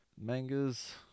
Mangas